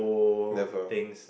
never